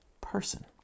person